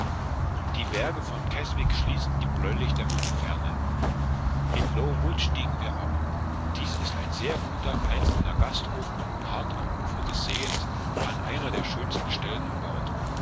die berge von keswick schießen die bläulich dämmernde ferne in low wood stiegen wir ab es ist dies ein sehr guter einzelner gasthof hart am ufer des sees an einer der schönsten stellen erbaut